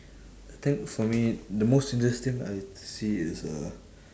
I think for me the most interesting I see is uh